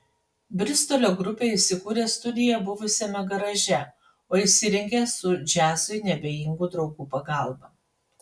bristolio grupė įsikūrė studiją buvusiame garaže o įsirengė su džiazui neabejingų draugų pagalba